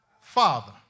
father